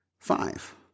Five